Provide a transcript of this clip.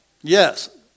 Yes